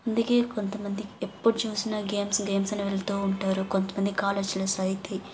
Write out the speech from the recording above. అందుకే కొంతమంది ఎప్పుడు చూసినా గేమ్స్ గేమ్స్ అని వెళ్తూ ఉంటారు కొంతమంది కాలేజ్లో సైకిల్